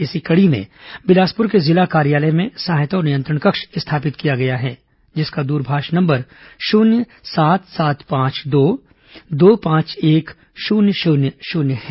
इसी कड़ी में बिलासपुर के जिला कार्यालय में सहायता और नियंत्रण कक्ष स्थापित किया गया है जिसका दूरभाष नंबर शून्य सात सात पांच दो दो पांच एक शून्य शून्य शून्य है